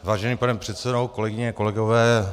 Vážený pane předsedo, kolegyně, kolegové.